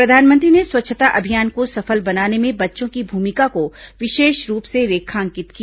प्रधानमंत्री ने स्वच्छता अभियान को सफल बनाने में बच्चों की भूमिका को विशेष रूप से रेखांकित किया